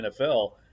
nfl